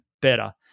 better